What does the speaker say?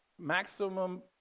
maximum